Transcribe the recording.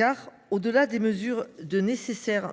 En effet, au delà des nécessaires